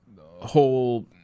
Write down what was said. whole